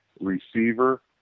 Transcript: receiver